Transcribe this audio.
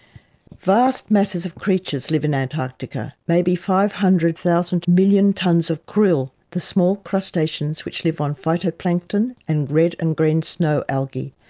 vast masses of creatures live in antarctica, maybe five hundred thousand million tonnes of krill, the small crustaceans which leave on phytoplankton and red and green snow algae.